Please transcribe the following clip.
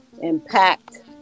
impact